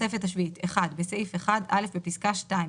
בתוספת השביעית - בסעיף 1- בפסקה (2),